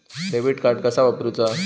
Debit card कसा वापरुचा?